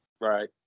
Right